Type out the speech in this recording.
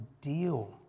deal